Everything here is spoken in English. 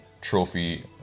trophy